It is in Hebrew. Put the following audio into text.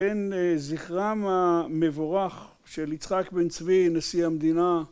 בן זכרם המבורך של יצחק בן צבי נשיא המדינה